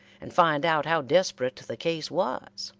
and find out how desperate the case was.